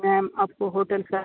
ma'am आपको hotels का